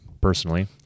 personally